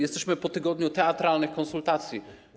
Jesteśmy po tygodniu teatralnych konsultacji.